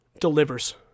delivers